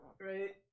Right